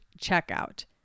checkout